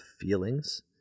feelings